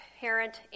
parent